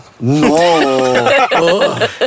No